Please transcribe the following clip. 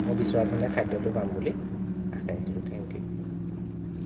মই বিচৰা ধৰণে খাদ্যটো পাম বুলি আশা ৰাখিলোঁ থেংক ইউ